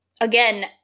Again